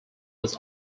was